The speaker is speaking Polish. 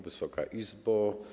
Wysoka Izbo!